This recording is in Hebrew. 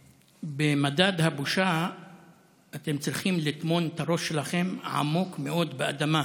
במדד הבושה אתם צריכים לטמון את הראש שלכם עמוק מאוד באדמה,